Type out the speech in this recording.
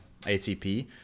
ATP